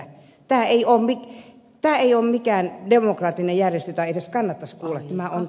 tämä ei ole mikään demokraattinen järjestö jota edes kannattaisi kuulla